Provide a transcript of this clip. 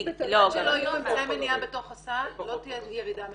עד שלא יהיו אמצעי מניעה בתוך הסל לא תהיה ירידה משמעותית.